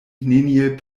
neniel